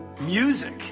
music